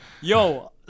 Yo